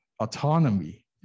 autonomy